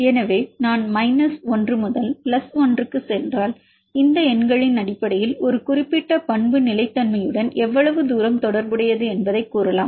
எனவே நான் மைனஸ் 1 முதல் பிளஸ் 1 க்குச் சென்றால் இந்த எண்களின் அடிப்படையில் ஒரு குறிப்பிட்ட பண்பு நிலைத்தன்மையுடன் எவ்வளவு தூரம் தொடர்புடையது என்பதைக் கூறலாம்